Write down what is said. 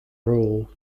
rule